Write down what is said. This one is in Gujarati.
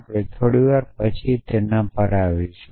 આપણે થોડી વાર પછી તેના પર આવીશું